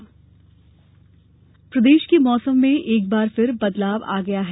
मौसम प्रदेश के मौसम में एक बार फिर बदलाव आया है